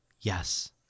Yes